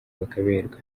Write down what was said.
bakaberwa